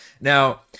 Now